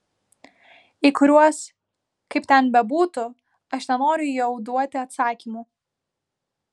į kuriuos kaip ten bebūtų aš nenoriu jau duoti atsakymų